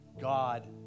God